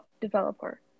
developer